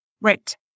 Right